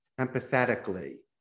empathetically